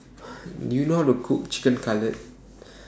Do YOU know How to Cook Chicken Cutlet